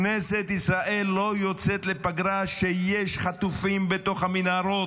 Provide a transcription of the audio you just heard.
כנסת ישראל לא יוצאת לפגרה כשיש חטופים בתוך המנהרות.